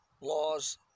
laws